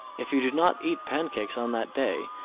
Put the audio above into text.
if you do not eat pancakes on that day,